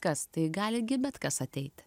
kas tai gali gi bet kas ateiti